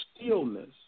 stillness